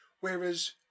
Whereas